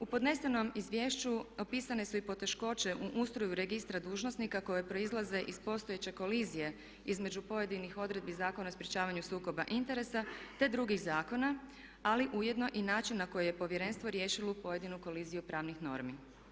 U podnesenom izvješću pisane su i poteškoće u ustroju Registra dužnosnika koje proizlaze iz postojeće kolizije između pojedinih odredbi Zakona o sprječavanju sukoba interesa, te drugih zakona, ali ujedno i način na koji je Povjerenstvo riješilo pojedinu koliziju pravnih normi.